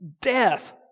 death